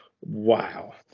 wow